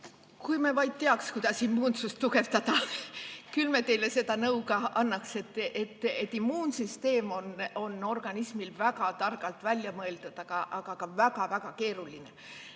Kui me vaid teaks, kuidas immuunsust tugevdada, küll me teile seda nõu ka annaks. Immuunsüsteem on organismil väga targalt välja mõeldud, aga see on